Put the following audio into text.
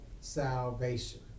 salvation